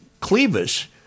Clevis